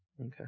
Okay